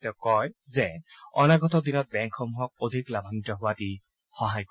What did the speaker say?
তেওঁ কয় যে অনাগত দিনত বেংকসমূহক অধিক লাভায়িত হোৱাত ই সহায় কৰিব